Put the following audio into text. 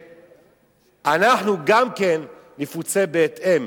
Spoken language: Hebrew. ושאנחנו גם כן נפוצה בהתאם.